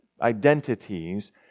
identities